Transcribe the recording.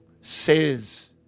says